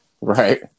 Right